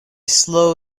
slow